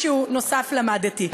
משהו נוסף למדתי.